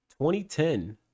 2010